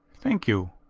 thank you.